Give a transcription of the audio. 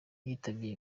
yitavye